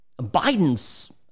Biden's